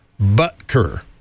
Butker